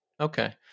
Okay